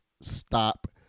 stop